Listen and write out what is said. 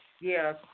Yes